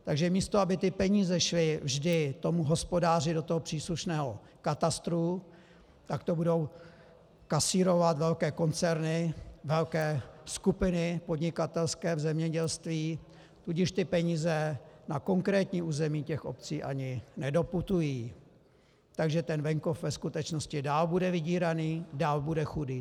Takže místo aby ty peníze šly vždy tomu hospodáři do příslušného katastru, tak to budou kasírovat velké koncerny, velké skupiny podnikatelské v zemědělství, tudíž ty peníze na konkrétní území těch obcí ani nedoputují, takže ten venkov ve skutečnosti dál bude vydíraný, dál bude chudý.